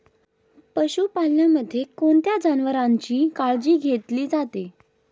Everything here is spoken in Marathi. पशुपालनामध्ये कोणत्या जनावरांची काळजी घेतली जाते?